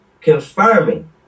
confirming